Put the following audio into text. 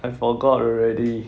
I forgot already